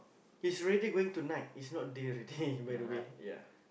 he's already going tonight it's not deal already ya